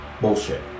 bullshit